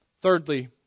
Thirdly